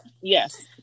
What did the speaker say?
Yes